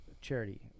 charity